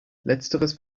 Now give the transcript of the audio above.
letzteres